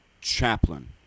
chaplain